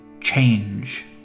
change